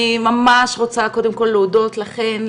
אני ממש רוצה קודם כל להודות לכן,